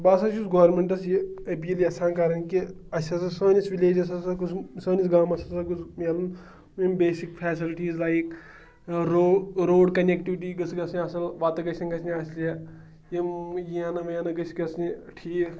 بہٕ ہَسا چھُس گورمٮ۪نٛٹَس یہِ اپیٖل یَژھان کَرٕنۍ کہِ اَسہِ ہَسا سٲنِس وِلیجَس ہَسا گوٚژھ سٲنِس گامَس ہَسا گوٚژھ میلُن یِم بیسِک فیسَلٹیٖز لایک رو روڈ کَنٮ۪کٹِوِٹی گٔژھ گژھٕنۍ اَصٕل وَتہٕ گژھن گژھنہِ اَصلہِ یِم یینہٕ وینہٕ گٔژھۍ گژھنہِ ٹھیٖک